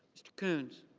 mr. kunz.